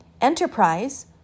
Enterprise